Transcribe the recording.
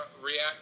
react